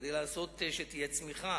כדי לעשות שתהיה צמיחה,